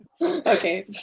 okay